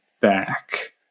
back